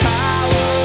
power